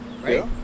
right